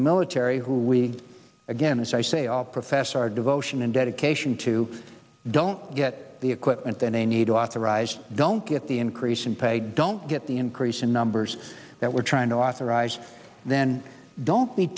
the military who we again as i say all profess our devotion and dedication to don't get the equipment that they need to authorize don't get the increase in pay don't get the increase in numbers that we're trying to authorize then i don't